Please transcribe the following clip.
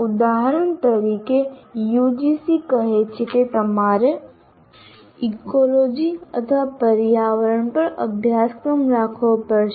ઉદાહરણ તરીકે યુજીસી કહે છે કે તમારે ઇકોલોજી અથવા પર્યાવરણ પર અભ્યાસક્રમ રાખવો પડશે